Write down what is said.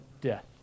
death